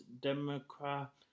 Democrat